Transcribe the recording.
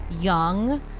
young